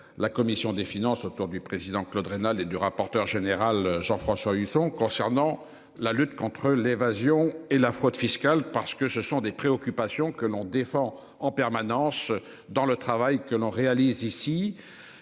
La commission des finances, autour du président Claude rénal et du rapporteur général Jean-François Husson, concernant la lutte contre l'évasion et la fraude fiscale parce que ce sont des préoccupations que l'on défend en permanence dans le travail que l'on réalise ici